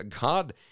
God